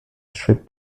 ship